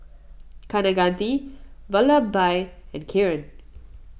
Kaneganti Vallabhbhai and Kiran